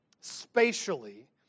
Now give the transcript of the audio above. spatially